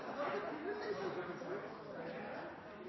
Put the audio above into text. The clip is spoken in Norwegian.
Da er det